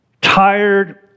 tired